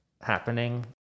happening